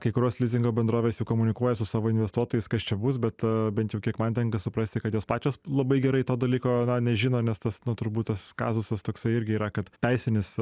kai kurios lizingo bendrovės jau komunikuoja su savo investuotojais kas čia bus bet bent jau kiek man tenka suprasti kad jos pačios labai gerai to dalyko nežino nes tas nu turbūt tas kazusas toksai irgi yra kad teisinis